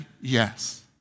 yes